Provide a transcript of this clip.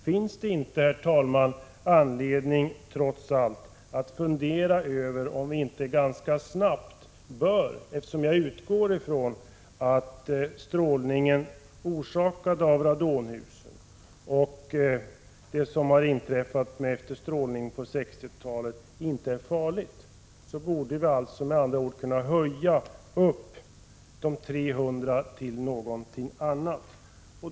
Finns det inte, herr talman, anledning att fundera över om vi inte ganska snart bör höja gränsvärdet 300 Bq? Jag utgår från att strålningen från radonhusen och det som inträffat sedan 60-talet inte har så stor farlighet.